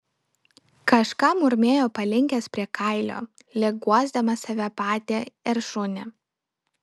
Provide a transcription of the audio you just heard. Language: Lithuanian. kažką murmėjo palinkęs prie kailio lyg guosdamas save patį ir šunį